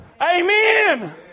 Amen